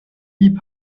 lieb